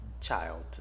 child